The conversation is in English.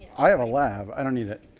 i have a lab. i don't need it.